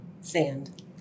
Sand